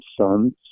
sons